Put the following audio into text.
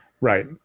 right